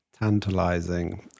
Tantalizing